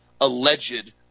alleged